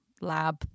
lab